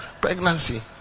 pregnancy